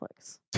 Netflix